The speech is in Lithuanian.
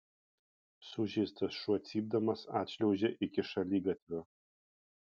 sužeistas šuo cypdamas atšliaužė iki šaligatvio